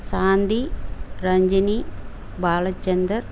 Shanti Ranjini Balachander